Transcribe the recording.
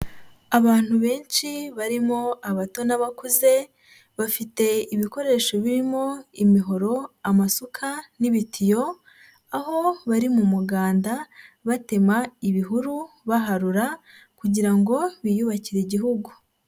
Abantu benshi barimo abato n'abakuze bafite ibikoresho birimo imihoro, amasuka n'ibitiyo aho bari mu muganda batema ibihuru baharura kugira ngo biyubakire Igihugu.